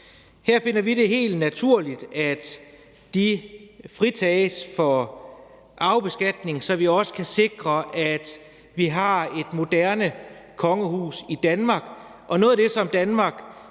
Her finder vi det helt naturligt, at de fritages for arvebeskatning, så vi også kan sikre, at vi har et moderne kongehus i Danmark.